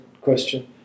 question